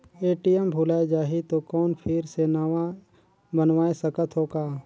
ATM भुलाये जाही तो कौन फिर से नवा बनवाय सकत हो का?